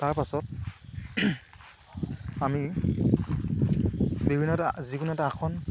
তাৰ পাছত আমি বিভিন্নটা যিকোনো এটা আসন